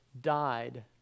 died